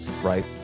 right